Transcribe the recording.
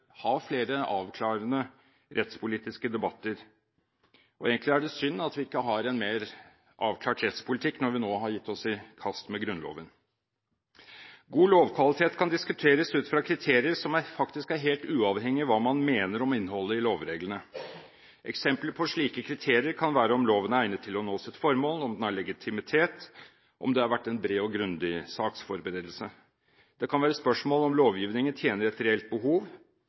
ha flere avklarende rettspolitiske debatter. Egentlig er det synd at vi ikke har en mer avklart rettspolitikk når vi nå har gitt oss i kast med Grunnloven. God lovkvalitet kan diskuteres ut fra kriterier som faktisk er helt uavhengige av hva man mener om innholdet i lovreglene. Eksempler på slike kriterier kan være om loven er egnet til å nå sitt formål, om den har legitimitet, og om det har vært en bred og grundig saksforberedelse. Det kan være spørsmål om lovgivningen tjener et reelt behov,